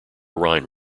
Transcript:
rhine